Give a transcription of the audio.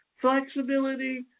Flexibility